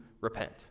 repent